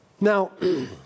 Now